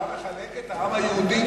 אתה מחלק את העם היהודי,